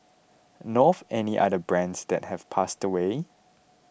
know of any other brands that have passed away